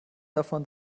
davon